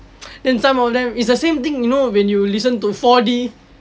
then some of them it's the same thing you know when you listen to four D